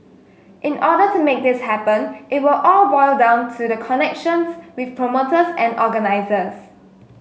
in order to make this happen it will all boil down to the connections with promoters and organisers